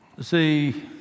See